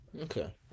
okay